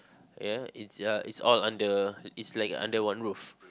ya it's ya it's all under it's like Under One Roof